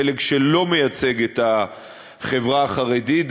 פלג שלא מייצג את העדה החרדית,